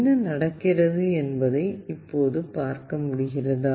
என்ன நடக்கிறது என்பதை இப்போது பார்க்க முடிகிறதா